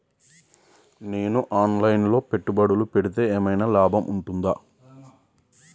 నేను online లో పెట్టుబడులు పెడితే ఏమైనా లాభం ఉంటదా?